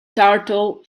turtle